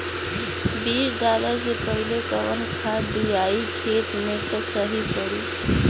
बीज डाले से पहिले कवन खाद्य दियायी खेत में त सही पड़ी?